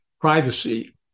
privacy